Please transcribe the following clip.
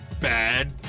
Bad